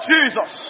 Jesus